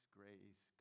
grace